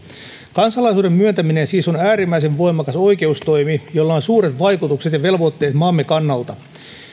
kansalaisuuden myöntäminen on siis äärimmäisen voimakas oikeustoimi jolla on suuret vaikutukset ja velvoitteet maamme kannalta